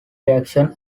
reaction